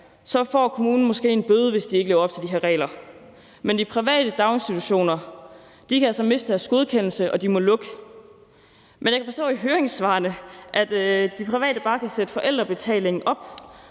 får kommunen måske en bøde, hvis de ikke lever op til de her regler, men de private daginstitutioner kan altså miste deres godkendelse og må lukke. Jeg kan forstå på høringssvarene, at de private bare kan sætte forældrebetalingen op,